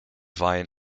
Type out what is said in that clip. wein